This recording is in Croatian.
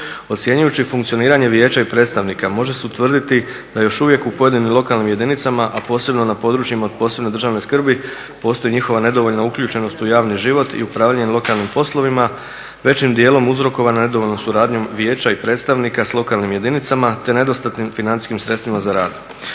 Ocjenjujući funkcioniranje vijeća i predstavnika može se utvrditi da još uvijek u pojedinim lokalnim jedinicama, a posebno na područjima od posebne državne skrbi postoji njihova nedovoljna uključenost u javni život i upravljanje lokalnim poslovima, većim dijelom uzrokovana nedovoljnom suradnjom vijeća i predstavnika s lokalnim jedinicama te nedostatnim financijskim sredstvima za rad.